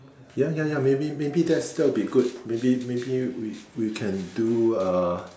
ya ya ya maybe maybe that's that will be good maybe maybe we we can do uh